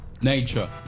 Nature